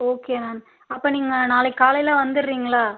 okay ma'am அப்போ நீங்கள் நாளைக்கு காலையில் வந்துடுரிங்களா